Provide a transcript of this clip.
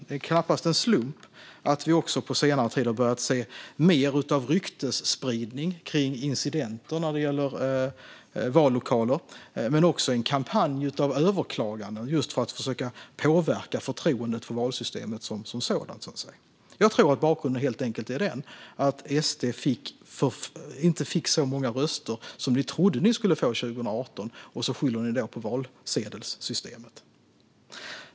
Det är knappast en slump att vi på senare tid har börjat att se mer av såväl ryktesspridning kring incidenter när det gäller vallokaler som en kampanj av överklaganden för att försöka påverka förtroendet för valsystemet som sådant. Jag tror att bakgrunden helt enkelt är att SD inte fick så många röster som ni trodde att ni skulle få 2018, och ni skyller detta på valsedelssystemet.